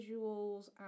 visuals